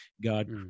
God